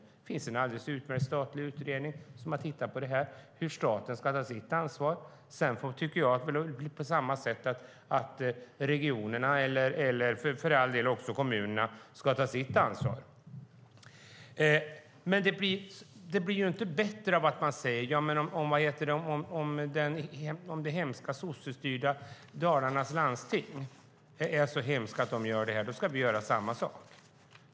Det finns en alldeles utmärkt statlig utredning som har tittat på det här. Det handlar om hur staten ska ta sitt ansvar. Jag tycker att regionerna, och för all del även kommunerna, på samma sätt ska ta sitt ansvar. Det blir inte bättre av att man säger att om det hemska sossestyrda Dalarnas landsting gör det ska vi göra samma sak.